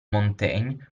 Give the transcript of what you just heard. montaigne